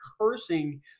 cursing